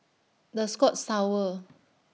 The Scotts Tower